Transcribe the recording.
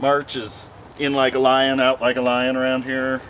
marches in like a lion out like a lion around here